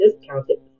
discounted